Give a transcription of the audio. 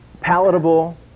palatable